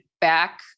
back